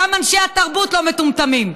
גם אנשי התרבות לא מטומטמים.